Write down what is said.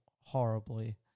horribly